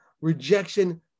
rejection